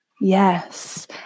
Yes